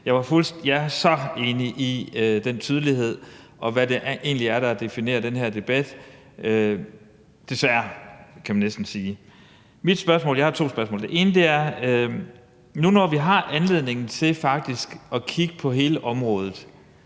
Jeg er så enig i den tydelighed, og hvad det egentlig er, der definerer den her debat, desværre, kan man næsten sige. Jeg har et spørgsmål. Vi har faktisk lige nu anledningen til at kigge på hele området